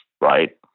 right